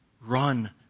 Run